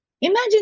Imagine